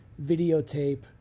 videotape